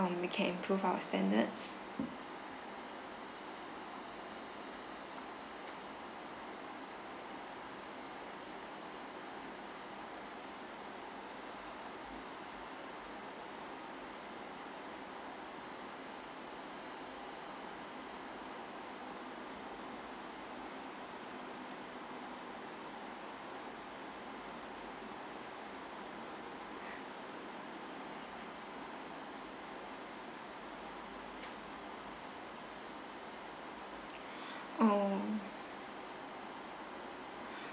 um we can improve our standards oh